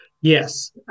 Yes